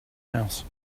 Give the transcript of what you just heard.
house